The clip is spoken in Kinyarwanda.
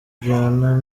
joannah